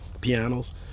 pianos